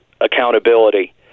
accountability